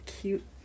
Cute